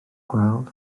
gweld